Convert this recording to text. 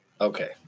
okay